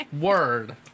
word